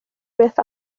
beth